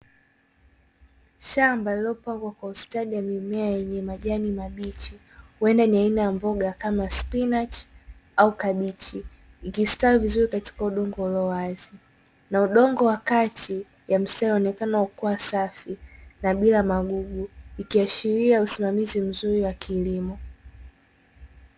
Shamba lililopangwa kwa ustadi wa mimea yenye majani mabichi, huenda ni aina ya mboga kama spinachi au kabichi, ikistawi vizuri katika udongo ulio wazi, na udongo wa kati ya mstari unaonekana ukiwa safi na bila magugu, ikiashiria usimamizi mzuri wa kilimo.